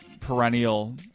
Perennial